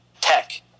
tech